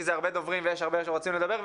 כי יש הרבה דוברים שרוצים לדבר.